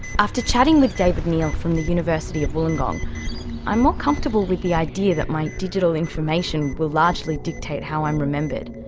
after chatting with david neil from the university of wollongong i'm more comfortable with the idea that my digital information will largely dictate how i'm remembered.